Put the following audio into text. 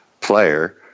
player